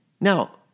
Now